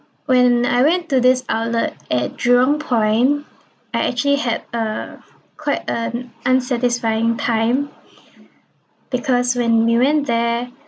when I went to this outlet at jurong point I actually had a quite un~ unsatisfying time because when we went there